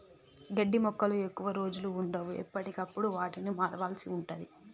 గడ్డి మొక్కలు ఎక్కువ రోజులు వుండవు, ఎప్పటికప్పుడు వాటిని మార్వాల్సి ఉంటది